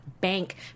bank